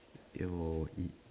yo E